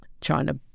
China